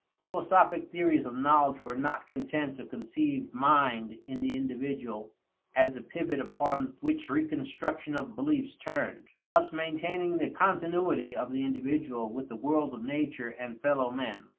philosophic theories of knowledge were not content to conceive mind in the individual as the pivot upon which reconstruction of beliefs turned, thus maintaining the continuity of the individual with the world of nature and fellow men.